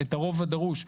את הרוב הדרוש.